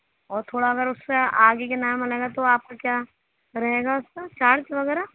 اور تھوڑا اگر اس سے آگے کے نام بنے گا تو آپ کا کیا رہے گا اس کا چارج وغیرہ